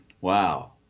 Wow